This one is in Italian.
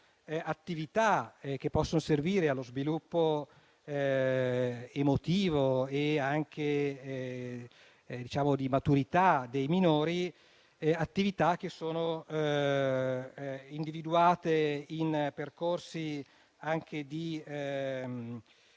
attività che possono servire allo sviluppo emotivo e di maturità dei minori; attività che sono individuate in percorsi che